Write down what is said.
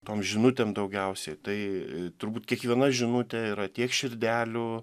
tom žinutėm daugiausiai tai turbūt kiekviena žinutė yra tiek širdelių